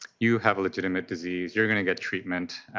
you have a legitimate disease? you are going to get treatment.